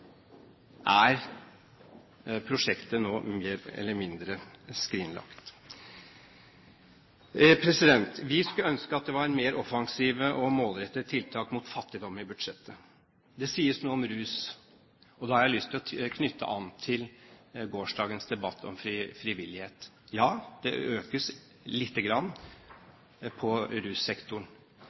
Er prosjektet nå mer eller mindre skrinlagt? Vi skulle ønske at det var mer offensive og målrettede tiltak mot fattigdom i budsjettet. Det sies noe om rus, og jeg har lyst til å knytte det an til gårsdagens debatt om frivillighet. Ja, det økes litt på russektoren,